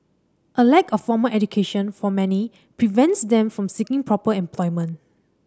a lack of formal education for many prevents them from seeking proper employment